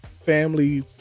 family